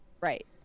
Right